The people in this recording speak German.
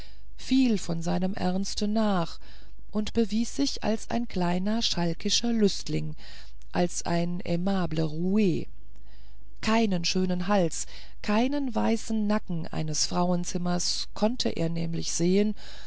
viel von seinem ernste nach und bewies sich als ein kleiner schalkischer lüstling als ein aimable rou keinen schönen hals keinen weißen nacken eines frauenzimmers konnte er nämlich sehen